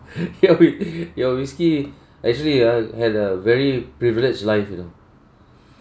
ya we your whiskey actually ah had a very privileged life you know